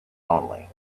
only